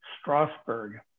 Strasbourg